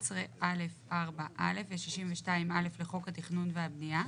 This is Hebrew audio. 11 (א') 4 א' ו-62 (א') לחוק התכנון והבנייה,